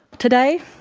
today,